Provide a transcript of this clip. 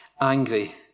angry